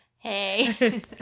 Hey